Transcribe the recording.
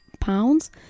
pounds